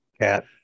Cat